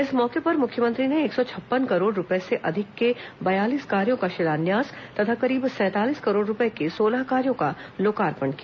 इस मौके पर मुख्यमंत्री ने एक सौ छप्पन करोड़ रूपये से अधिक के बयालीस कार्यों का शिलान्यास तथा करीब सैंतालीस करोड़ रूपये के सोलह कार्यो का लोकार्पण किया